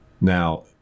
Now